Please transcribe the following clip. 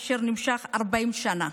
אשר נמשך 40 שנה.